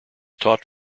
taught